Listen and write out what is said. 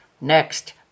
Next